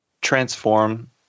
transform